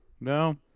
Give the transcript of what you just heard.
No